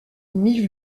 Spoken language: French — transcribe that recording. mille